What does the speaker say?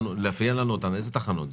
אילו תחנות אלו?